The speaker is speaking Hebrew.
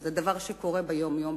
זה דבר שקורה יום-יום,